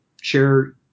share